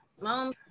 Mom